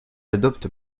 adopte